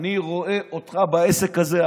שאני רואה אותך בעסק הזה.